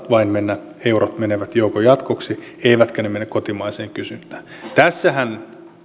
vain mennä joukon jatkoksi eivätkä mene kotimaiseen kysyntään tässähän